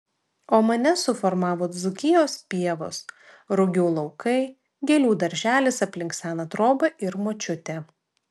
o mane suformavo dzūkijos pievos rugių laukai gėlių darželis aplink seną trobą ir močiutė